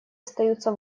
остаются